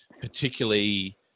particularly